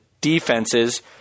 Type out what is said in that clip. defenses